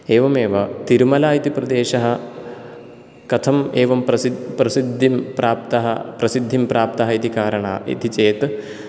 एवमेव तिरुमला इति प्रदेशः कथम् एवं प्रसि प्रसिद्धिं प्राप्तः प्रसिद्धिं प्राप्तः इति कारणात् इति चेत्